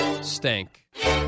stank